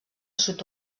sud